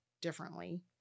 differently